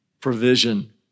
provision